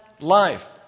life